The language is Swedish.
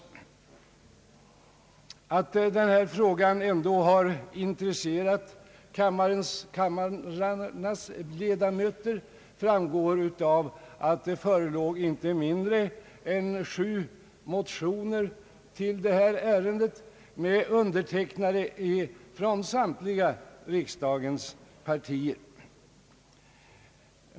Att detta ändå har intresserat kamrarnas ledamöter framgår av att det förelåg inte mindre än sju motioner till detta ärende med undertecknare från samtliga riksdagens partier.